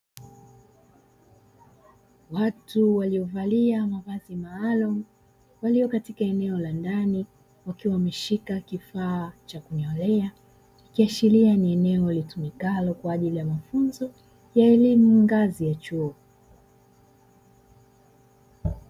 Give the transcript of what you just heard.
Watu waliovalia mavazi maalumu walio katika eneo la ndani wakiwa wameshika kifaa cha kunyolea, ikiashiria ni eneo litumikalo kwa ajili ya mafunzo ya elimu ngazi ya chuo,